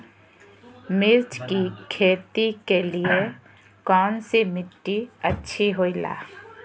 मिर्च की खेती के लिए कौन सी मिट्टी अच्छी होईला?